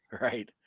right